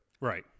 Right